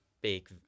big